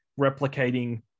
replicating